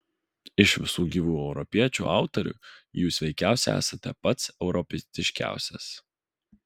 iš visų gyvų europiečių autorių jūs veikiausiai esate pats europietiškiausias